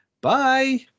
bye